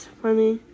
funny